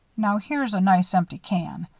now here's a nice empty can.